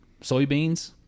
soybeans